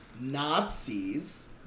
Nazis